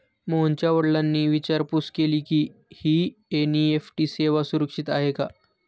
मोहनच्या वडिलांनी विचारपूस केली की, ही एन.ई.एफ.टी सेवा सुरक्षित आहे का?